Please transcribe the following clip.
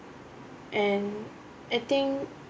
and I think